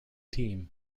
team